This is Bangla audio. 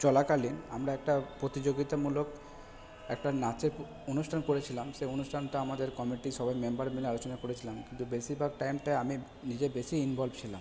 চলাকালীন আমরা একটা প্রতিযোগিতামূলক একটা নাচের অনুষ্ঠান করেছিলাম সেই অনুষ্ঠানটা আমাদের কমিটির সবাই মেম্বার মিলে আলোচনা করেছিলাম কিন্তু বেশিরভাগ টাইমটায় আমি নিজে বেশি ইনভলভ ছিলাম